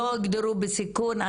הם לא הוגדרו בסיכון.